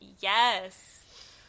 Yes